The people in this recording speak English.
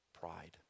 Pride